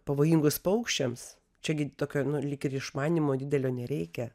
pavojingus paukščiams čia gi tokio nu lyg ir išmanymo didelio nereikia